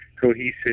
cohesive